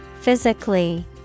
Physically